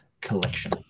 collection